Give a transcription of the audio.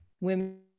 women